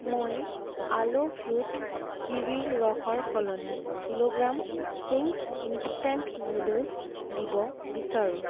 মই আলো ফ্ৰুট কিৱিৰ ৰসৰ সলনি কিলোগ্ৰাম চিংছ ইনষ্টেণ্ট নুডলছ দিব বিচাৰো